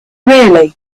really